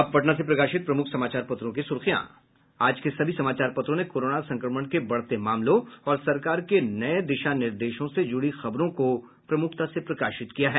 अब पटना से प्रकाशित प्रमुख समाचार पत्रों की सुर्खियां आज के सभी समाचार पत्रों ने कोरोना संक्रमण के बढ़ते मामलों और सरकार के नये दिशा निर्देशों से जुड़ी खबरों को प्रमुखता से प्रकाशित किया है